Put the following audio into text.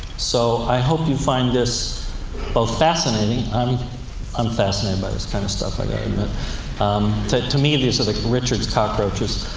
so, i hope you find this both fascinating i'm fascinated by this kind of stuff, i gotta admit um to to me these are richard's cockroaches.